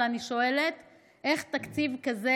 אבל אני שואלת: איך תקציב כזה